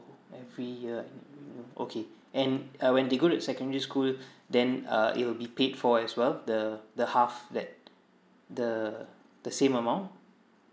every year okay and uh when they go to secondary school then uh it will be paid for as well the the half that the the same amount